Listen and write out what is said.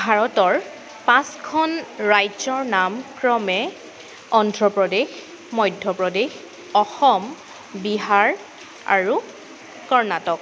ভাৰতৰ পাঁচখন ৰাজ্যৰ নাম ক্ৰমে অন্ধ্ৰপ্ৰদেশ মধ্যপ্ৰদেশ অসম বিহাৰ আৰু কৰ্ণাটক